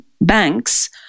banks